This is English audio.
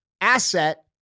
asset